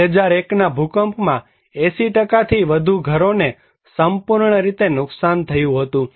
2001ના ભૂકંપમાં 80 થી વધુ ઘરોને સંપૂર્ણ રીતે નુકસાન થયું હતું